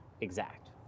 exact